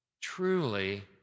truly